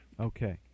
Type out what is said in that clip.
Okay